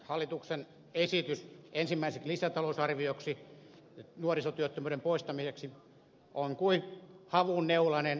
hallituksen esitys ensimmäiseksi lisätalousarvioksi nuorisotyöttömyyden poistamiseksi on kuin havunneulanen muurahaispesässä